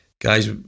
guys